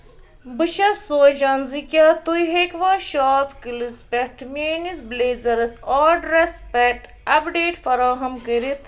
بہٕ چھَس سونٛچان زِ کیٛاہ تُہۍ ہیٚکِوا شاپ کِلٕز پٮ۪ٹھ میٛٲنِس بٕلیزَرَس آرڈرَس پٮ۪ٹھ اَپڈیٹ فراہم کٔرتھ